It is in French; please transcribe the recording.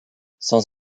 sans